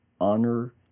honor